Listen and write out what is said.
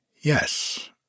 Yes